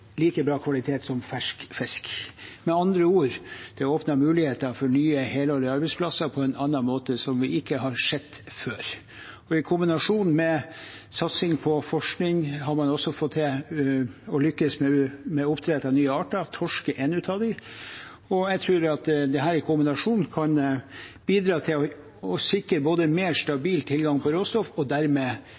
like bra kvalitet som fersk fisk. Med andre ord: Det åpner muligheter for nye helårs arbeidsplasser på en måte som vi ikke har sett før. I kombinasjon med satsing på forskning har man også fått til å lykkes med oppdrett av nye arter, torsk er en av dem. Jeg tror at dette i kombinasjon kan bidra til å sikre mer stabil tilgang på råstoff og dermed